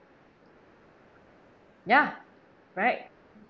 ya right